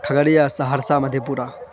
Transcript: Khagaria Saharsa مدھے Pura